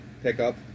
pickup